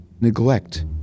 Neglect